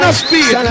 speed